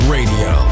Radio